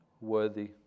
worthy